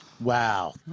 Wow